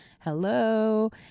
Hello